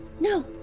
no